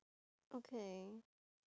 okay